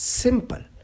simple